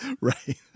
Right